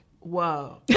whoa